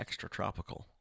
extratropical